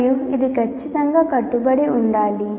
మరియు ఇది ఖచ్చితంగా కట్టుబడి ఉండాలి